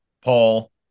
Paul